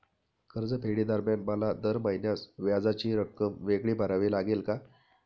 कर्जफेडीदरम्यान मला दर महिन्यास व्याजाची रक्कम वेगळी भरावी लागेल का?